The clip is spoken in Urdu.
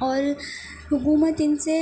اور حکومت ان سے